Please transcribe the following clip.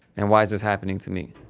and why is this happening to me.